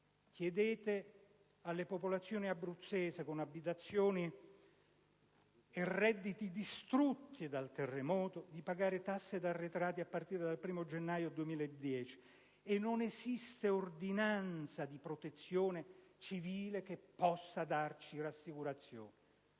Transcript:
Chiedete alle popolazioni abruzzesi con abitazioni e redditi distrutti dal terremoto di pagare tasse ed arretrati a partire dal 1° gennaio 2010, e non esiste ordinanza di protezione civile che possa rassicurarci.